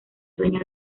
sueño